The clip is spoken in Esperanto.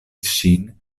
ŝin